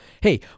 Hey